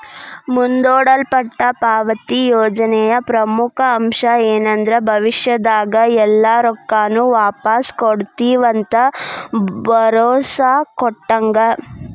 ಮುಂದೂಡಲ್ಪಟ್ಟ ಪಾವತಿ ಯೋಜನೆಯ ಪ್ರಮುಖ ಅಂಶ ಏನಂದ್ರ ಭವಿಷ್ಯದಾಗ ಎಲ್ಲಾ ರೊಕ್ಕಾನು ವಾಪಾಸ್ ಕೊಡ್ತಿವಂತ ಭರೋಸಾ ಕೊಟ್ಟಂಗ